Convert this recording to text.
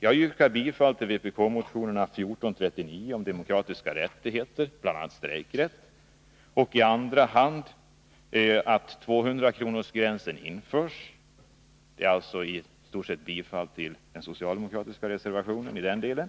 Jag yrkar bifall till vpk-motionen 1439 om demokratiska rättigheter, bl.a. strejkrätt, och i andra hand att 200-kronorsgränsen återinförs — dvs. i stort sett bifall till den socialdemokratiska reservationen i den delen.